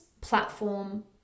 platform